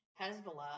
Hezbollah